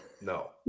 No